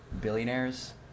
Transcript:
billionaires